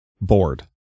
bored